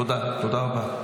תודה רבה.